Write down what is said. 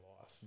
life